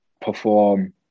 perform